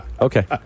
Okay